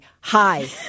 hi